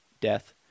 death